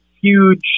huge –